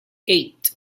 eight